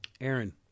Aaron